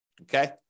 okay